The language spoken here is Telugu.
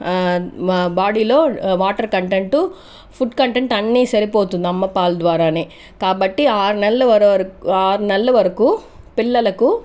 మా బాడీ లో వాటర్ కంటెంటు ఫుడ్ కంటెంటు అన్ని సరిపోతుంది అమ్మ పాల ద్వారానే కాబట్టి ఆరు నెలల వర ఆరు నెలల వరకు పిల్లలకు